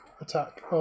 attack